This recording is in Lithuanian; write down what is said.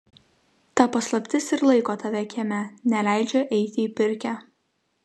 ta paslaptis ir laiko tave kieme neleidžia eiti į pirkią